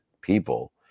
people